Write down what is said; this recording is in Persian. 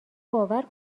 باور